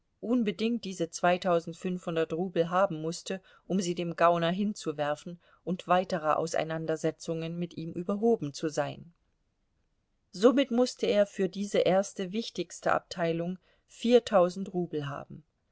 unbedingt diese zweitausendfünfhundert rubel haben mußte um sie dem gauner hinzuwerfen und weiterer auseinandersetzungen mit ihm überhoben zu sein somit mußte er für diese erste wichtigste abteilung viertausend rubel haben